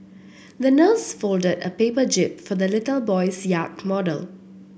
the nurse folded a paper jib for the little boy's yacht model